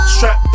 Strap